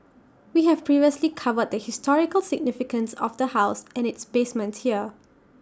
we have previously covered the historical significance of the house and its basement here